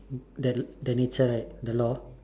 the the nature right the law